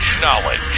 knowledge